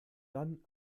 dann